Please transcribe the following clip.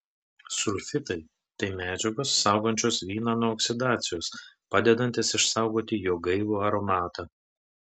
sulfitai tai medžiagos saugančios vyną nuo oksidacijos padedantys išsaugoti jo gaivų aromatą